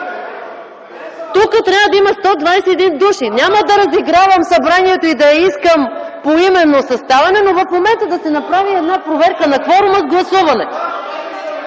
Тук трябва да има 121 души. Няма да разигравам Събранието и да искам поименно със ставане, но в момента да се направи проверка на кворума с гласуване.